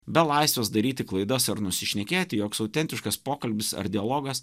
be laisvės daryti klaidas ar nusišnekėti joks autentiškas pokalbis ar dialogas